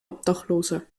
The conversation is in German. obdachlose